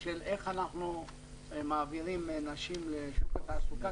של איך אנחנו מעבירים נשים לשוק התעסוקה.